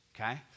Okay